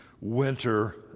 Winter